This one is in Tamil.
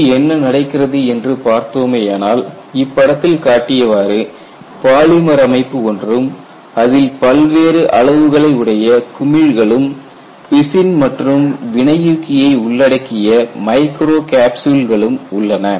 இங்கு என்ன நடக்கிறது என்று பார்த்தோமேயானால் இப்படத்தில் காட்டியவாறு பாலிமர் அமைப்பு ஒன்றும் அதில் பல்வேறு அளவுகளை உடைய குமிழ்களும் பிசின் மற்றும் வினையூக்கியை உள்ளடக்கிய மைக்ரோ கேப்சூல்களும் உள்ளன